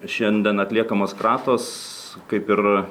šiandien atliekamos kratos kaip ir